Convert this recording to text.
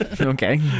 okay